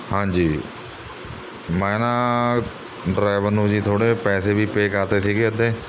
ਹਾਂਜੀ ਮੈਂ ਨਾ ਡਰੈਵਰ ਨੂੰ ਜੀ ਥੋੜ੍ਹੇ ਪੈਸੇ ਵੀ ਪੇਅ ਕਰਤੇ ਸੀਗੇ ਅੱਧੇ